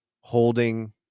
holding